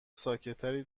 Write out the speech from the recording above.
ساکتتری